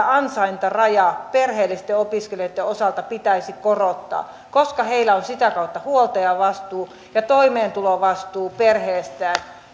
ansaintarajaa perheellisten opiskelijoitten osalta pitäisi korottaa koska heillä on huoltajavastuu ja toimeentulovastuu perheestään